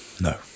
no